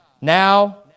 now